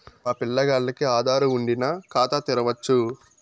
మా పిల్లగాల్లకి ఆదారు వుండిన ఖాతా తెరవచ్చు